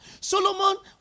Solomon